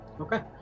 Okay